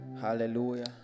Hallelujah